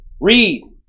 Read